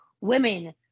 women